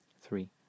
three